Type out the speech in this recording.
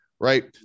right